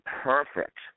perfect